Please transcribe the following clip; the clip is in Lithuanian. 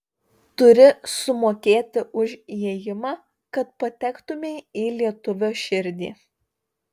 turi sumokėti už įėjimą kad patektumei į lietuvio širdį